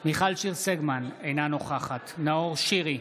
מיכל שיר סגמן, אינה נוכחת נאור שירי,